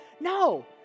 No